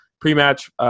pre-match